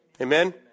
Amen